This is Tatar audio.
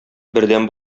бердәм